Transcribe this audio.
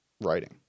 writing